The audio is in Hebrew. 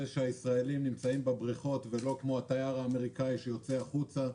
שהישראלים נמצאים בבריכות ולא כמו התייר האמריקאי שיוצא החוצה.